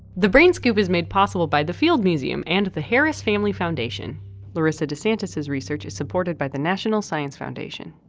the brain scoop is made possible by the field museum and the harris family foundation larisa desantis' research is supported by the national science foundation.